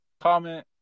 comment